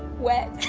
wet.